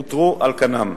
נותרו על כנם.